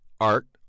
art